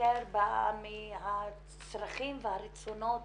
יותר באה מהצרכים והרצונות